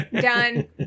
Done